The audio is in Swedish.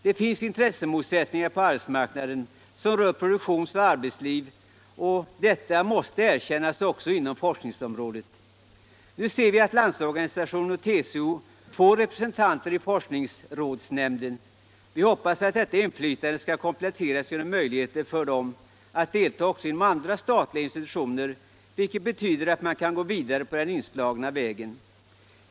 Det finns på arbetsmarknaden intressemotsättningar som rör produktion och arbetsliv, och detta måste erkännas även inom forskningsområdet. Nu ser vi att LO och TCO får representanter i forskningsrådsnämnden. Vi hoppas att detta inflytande skall kompletteras genom möjlighet för dem att delta också inom andra statliga institutioner, vilket betyder att man kan gå vidare på den inslagna vägen.